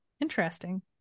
Interesting